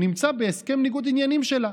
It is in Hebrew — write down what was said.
שנמצא בהסכם ניגוד עניינים שלה.